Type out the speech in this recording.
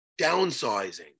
downsizing